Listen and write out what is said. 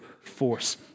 force